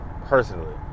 personally